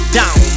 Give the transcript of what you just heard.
down